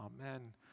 Amen